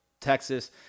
Texas